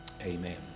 Amen